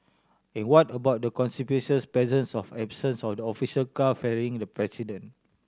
and what about the conspicuous presence of absence of the official car ferrying the president